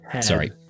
Sorry